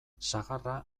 sagarra